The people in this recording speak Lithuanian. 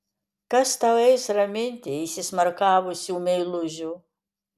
kas tau eis raminti įsismarkavusių meilužių